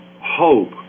hope